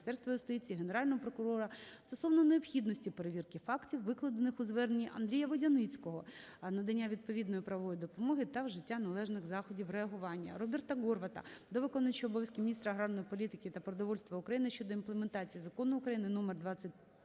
Міністерства юстиції, Генеральної прокуратури стосовно необхідності перевірки фактів, викладених у зверненні Андрія Водяницького, надання відповідної правової допомоги та вжиття належних заходів реагування. Роберта Горвата до виконуючого обов’язки міністра аграрної політики та продовольства України щодо імплементації Закону України